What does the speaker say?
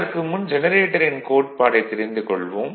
அதற்கு முன் ஜெனரேட்டரின் கோட்பாடை தெரிந்து கொள்வோம்